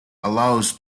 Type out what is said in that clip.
allows